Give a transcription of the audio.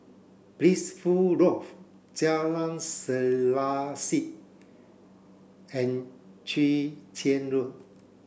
Blissful Loft Jalan Selaseh and Chwee Chian Road